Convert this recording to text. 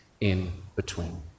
in-between